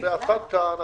לגבי הפטקא,